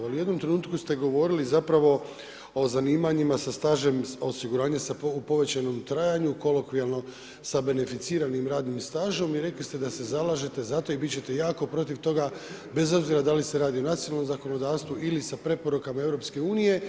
U jednom trenutku ste govorili zapravo o zanimanjima sa stažem osiguranjem sa povećanjem trajanju, kolokvijalno sa beneficiranim radnim stažom i rekli ste da se zalažete za to i bit ćete jako protiv toga, bez obzira da li se radi o nacionalnom zakonodavstvu ili sa preporukama EU.